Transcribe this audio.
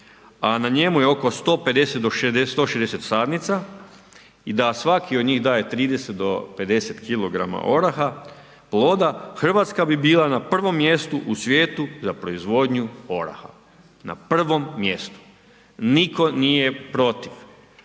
a na njemu je oko 150 do 160 sadnica i da svaki od njih daje 30 do 50kg oraha ploda Hrvatska bi bila na prvom mjestu u svijetu za proizvodnju oraha, na prvom mjestu. Nitko nije protiv